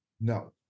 No